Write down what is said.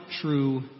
true